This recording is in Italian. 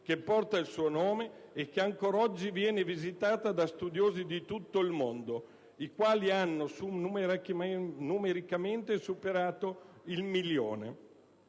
che porta il suo nome e che ancora oggi viene visitata da studiosi di tutto il mondo, i quali hanno superato numericamente il milione.